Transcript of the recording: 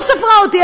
לא ספרה אותי,